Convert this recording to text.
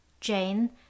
Jane